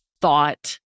thought